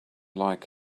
like